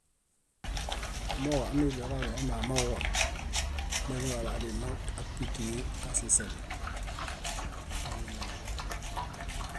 Amooġo amifiaġaɭo omamawa, moiniġaɭo adimaŋapi timi aasiseli: momiinamooġo.